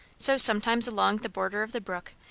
so sometimes along the border of the brook,